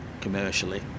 commercially